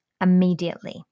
immediately